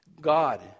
God